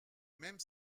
même